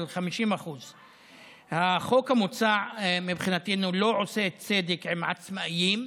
50%. מבחינתנו החוק המוצע לא עושה צדק עם עצמאים,